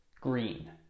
Green